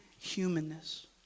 humanness